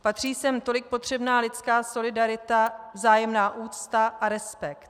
Patří sem tolik potřebná lidská solidarita, vzájemná úcta a respekt.